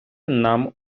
нам